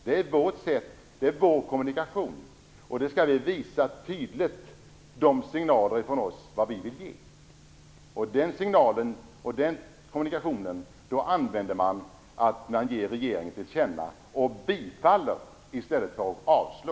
Det är vår kommunikation, och vi skall visa tydliga signaler om vad vi vill ge. Den signal och den kommunikation man då använder är att man ger regeringen till känna och bifaller i stället för att avslå.